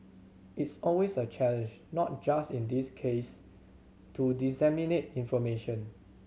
it's always a challenge not just in this case to disseminate information